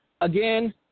again